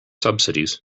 subsidies